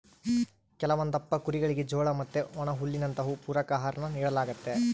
ಕೆಲವೊಂದಪ್ಪ ಕುರಿಗುಳಿಗೆ ಜೋಳ ಮತ್ತೆ ಒಣಹುಲ್ಲಿನಂತವು ಪೂರಕ ಆಹಾರಾನ ನೀಡಲಾಗ್ತತೆ